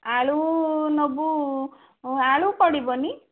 ଆଳୁ ନେବୁ ଆଳୁ ପଡ଼ିବନି